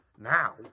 now